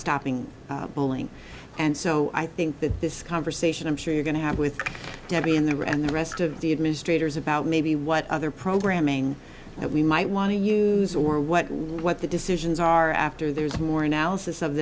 stopping bowling and so i think that this conversation i'm sure you're going to have with debbie in there and the rest of the administrators about maybe what other programming we might want to use or what what the decisions are after there is more analysis of